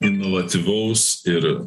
inovatyvaus ir